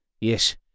Yes